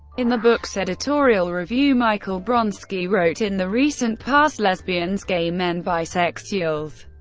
in the book's editorial review michael bronski wrote, in the recent past, lesbians, gay men, bisexuals,